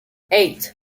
eight